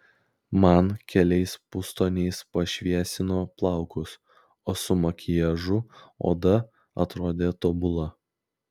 man keliais pustoniais pašviesino plaukus o su makiažu oda atrodė tobula